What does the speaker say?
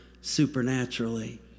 supernaturally